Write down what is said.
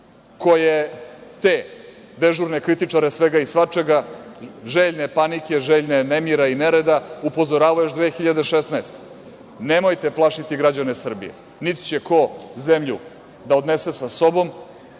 ko je te dežurne kritičare svega i svačega, željne panike, željne nemira i nereda upozoravao još 2016. godine. Nemojte plašiti građane Srbije. Niti će ko zemlju da odnese sa sobom,